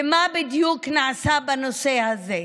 מה בדיוק נעשה בנושא הזה?